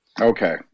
Okay